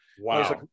Wow